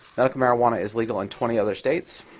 medical marijuana is legal in twenty other states.